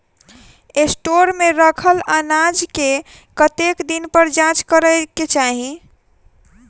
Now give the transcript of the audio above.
Store मे रखल अनाज केँ कतेक दिन पर जाँच करै केँ चाहि?